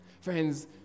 Friends